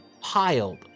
piled